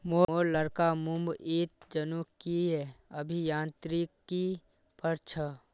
मोर लड़का मुंबईत जनुकीय अभियांत्रिकी पढ़ छ